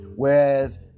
Whereas